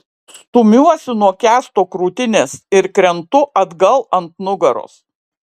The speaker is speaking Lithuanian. stumiuosi nuo kęsto krūtinės ir krentu atgal ant nugaros